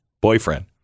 boyfriend